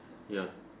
ya